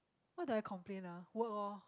what do I complain ah work oh